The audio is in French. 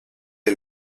est